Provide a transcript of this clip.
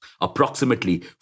approximately